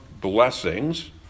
blessings